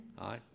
Aye